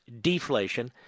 deflation